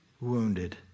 wounded